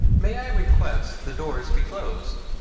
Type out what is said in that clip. may i request the doors be closed?